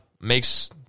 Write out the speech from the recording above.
makes